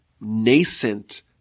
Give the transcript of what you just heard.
nascent